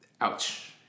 Ouch